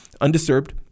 Undisturbed